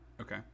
okay